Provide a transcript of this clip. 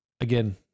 again